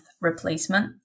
replacement